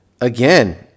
again